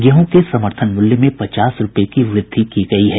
गेहूं के समर्थन मूल्य में पचास रुपये की वृद्वि की गयी है